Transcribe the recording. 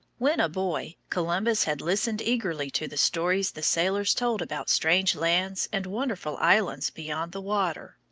when a boy, columbus had listened eagerly to the stories the sailors told about strange lands and wonderful islands beyond the water.